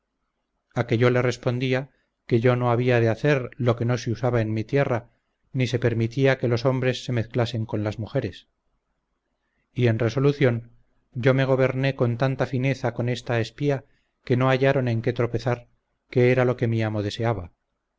a que yo le respondía que yo no había de hacer lo que no se usaba en mi tierra ni se permitía que los hombres se mezclasen con las mujeres y en resolución yo me goberné con tanta fineza con esta espía que no hallaron en qué tropezar que era lo que mi amo deseaba